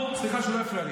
אבל זה מה שאתה אומר.